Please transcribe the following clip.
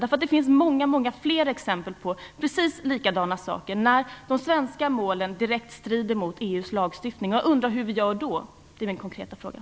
Det finns många fler exempel på att de svenska målen direkt strider mot EU:s lagstiftning. Jag undrar hur vi gör då. Det är den konkreta frågan.